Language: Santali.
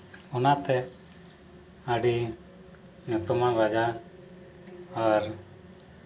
ᱚᱱᱟᱛᱮ ᱟᱹᱰᱤ ᱧᱩᱛᱩᱢᱟᱱ ᱨᱟᱡᱟ ᱟᱨ